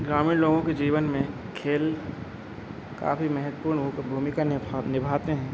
ग्रामीण लोगों के जीवन में खेल काफ़ी महत्वपूण होकर भूमिका निभा निभाते हैं